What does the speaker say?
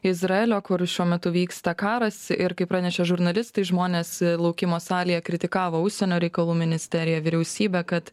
izraelio kur šiuo metu vyksta karas ir kaip pranešė žurnalistai žmonės laukimo salėje kritikavo užsienio reikalų ministeriją vyriausybę kad